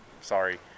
sorry